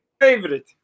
favorite